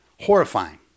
horrifying